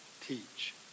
teach